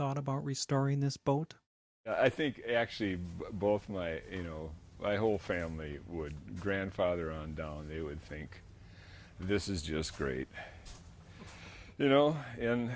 thought about restoring this boat i think actually both my you know my whole family would grandfather and they would think this is just great you know